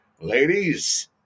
Ladies